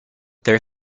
their